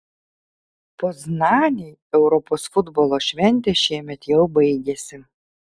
poznanei europos futbolo šventė šiemet jau baigėsi